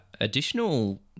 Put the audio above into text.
additional